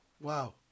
Wow